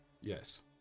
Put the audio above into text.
yes